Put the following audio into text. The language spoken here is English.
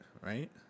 right